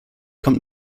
kommt